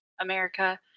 America